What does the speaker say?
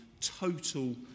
total